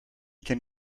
can